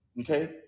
Okay